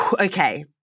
Okay